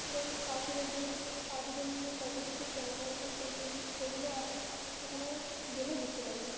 এবং পাখিদের দিয়ে পাখিদের নিয়ে কত কিছু জানার আছে সেগুল সেগুলো আপনি ওখানে গেলে বুঝতে পারবেন